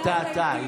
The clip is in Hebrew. היא טעתה.